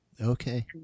Okay